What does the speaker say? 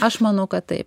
aš manau kad taip